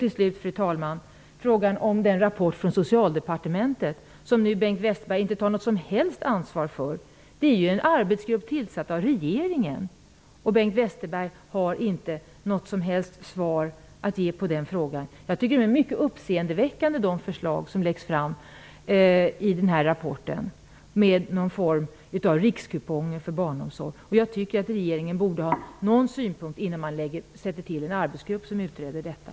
Till slut, fru talan, vill jag ta upp frågan om den rapport från Socialdepartementet som Bengt Westerberg inte tar något som helst ansvar för. Det är ju en av regeringen tillsatt arbetsgrupp som kommit med denna rapport. Men Bengt Westerberg har inte något som helst svar på den frågan. De förslag som läggs fram i denna rapport innebär någon form av rikskuponger för barnomsorgen. Jag tycker det är mycket uppseendeväckande. Regeringen borde kunna lämna någon synpunkt innan en arbetsgrupp tillsätts som utreder detta.